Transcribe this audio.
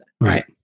Right